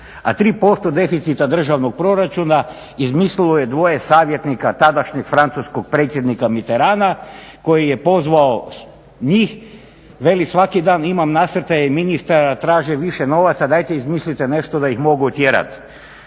A 3% deficita državnog proračuna izmislilo je dvoje savjetnika tadašnjeg francuskog predsjednika Mitterranda koji je pozvao njih, veli svaki dan imam nasrtaje ministara, traže više novaca, dajte izmislite nešto da ih mogu otjerati.